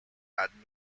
had